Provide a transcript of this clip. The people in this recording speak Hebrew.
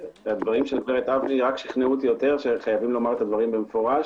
הדברים של גב' אבני רק שכנעו אותי יותר שיש לומר את הדרים במפורש.